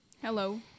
Hello